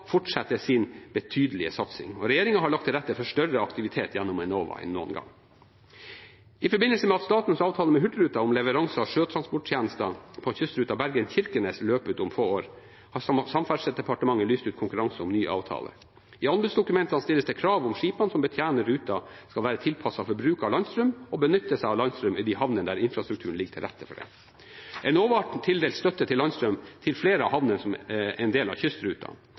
fortsetter sin betydelige satsing, og regjeringen har lagt til rette for større aktivitet gjennom Enova enn noen gang. I forbindelse med at statens avtale med Hurtigruten om leveranse av sjøtransporttjenester på kystruta Bergen–Kirkenes løper ut om få år, har Samferdselsdepartementet lyst ut konkurranse om ny avtale. I anbudsdokumentene stilles det krav om at skipene som betjener ruten, skal være tilpasset for bruk av landstrøm og benytte seg av landstrøm i de havnene der infrastrukturen ligger til rette for det. Enova har tildelt støtte til landstrøm til flere havner som er en del av